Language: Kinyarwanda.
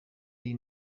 iyi